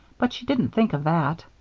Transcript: but she didn't think of that.